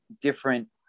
different